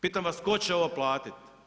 Pitam vas tko će ovo platiti?